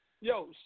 Yo